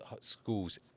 schools